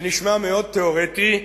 זה נשמע מאוד תיאורטי.